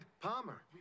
Palmer